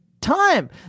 time